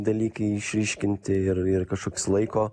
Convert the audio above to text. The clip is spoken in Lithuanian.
dalykai išryškinti ir ir kažkoks laiko